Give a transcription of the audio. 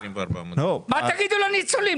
מה תגידו לניצולים?